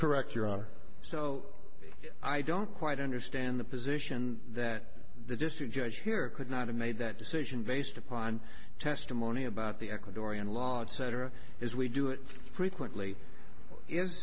correct your honor so i don't quite understand the position that the district judge here could not have made that decision based upon testimony about the ecuadorian law and cetera as we do it frequently i